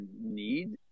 need